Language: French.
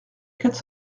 quatre